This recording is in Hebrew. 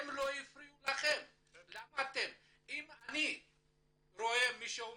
הם לא הפריעו לכם אם אני אראה שמישהו מפריע,